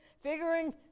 figuring